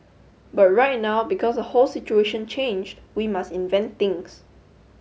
but right now because the whole situation changed we must invent things